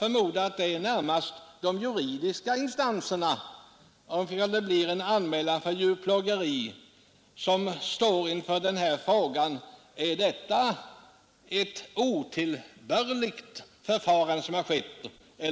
Vid en anmälan om djurplågeri förmodar jag att det närmast är de juridiska instanserna som står inför frågan: Är det ett otillbörligt förfarande som har skett? Det